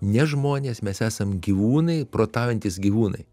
ne žmonės mes esam gyvūnai protaujantys gyvūnai